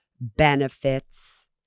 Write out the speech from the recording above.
benefits